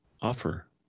offer